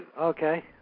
Okay